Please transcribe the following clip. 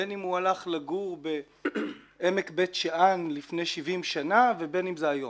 בין אם הוא הולך לגור בעמק בית שאן לפני 70 שנה ובין אם זה היום.